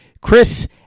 Chris